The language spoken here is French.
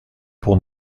pour